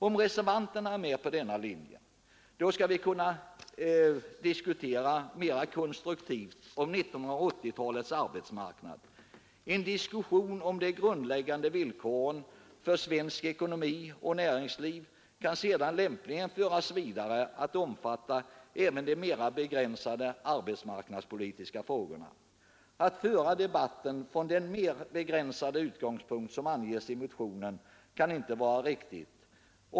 Om reservanterna är med på denna linje skall vi kunna diskutera mera konstruktivt om 1980-talets arbetsmarknad. En diskussion om de grundläggande villkoren för svensk ekonomi och svenskt näringsliv kan sedan lämpligen utvidgas att omfatta även de mera begränsade arbetsmarknadspolitiska frågorna. Att föra debatten från den mer begränsade utgångspunkt som anges i motionen kan inte vara riktigt.